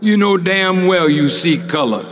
you know damn well you see color